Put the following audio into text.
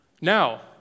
Now